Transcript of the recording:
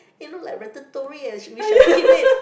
it look like Ratatouille leh we shall keep it